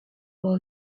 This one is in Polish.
było